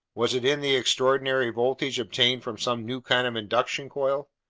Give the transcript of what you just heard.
was it in the extraordinary voltage obtained from some new kind of induction coil?